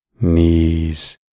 knees